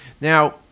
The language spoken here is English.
Now